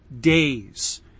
days